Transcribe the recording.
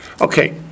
Okay